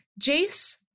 Jace